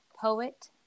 poet